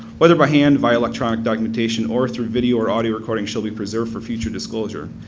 whether by hand, via electronic documentation, or through video or audio recording shall be preserved for future disclosure.